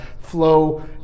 flow